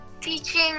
teaching